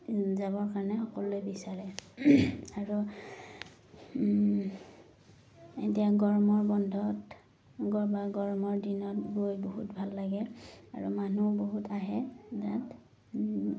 যাবৰ কাৰণে সকলোৱে বিচাৰে আৰু এতিয়া গৰমৰ বন্ধত বা গৰমৰ দিনত গৈ বহুত ভাল লাগে আৰু মানুহ বহুত আহে তাত